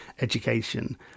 education